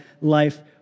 life